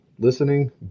listening